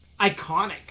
Iconic